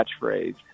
catchphrase